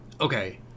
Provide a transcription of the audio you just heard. okay